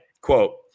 quote